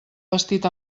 vestit